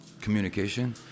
communication